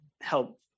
help